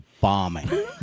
bombing